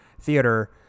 theater